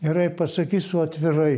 gerai pasakysiu atvirai